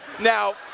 Now